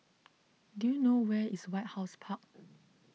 do you know where is White House Park